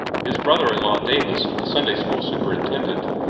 his brother-in-law, davis, the sunday-school superintendent,